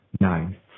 nine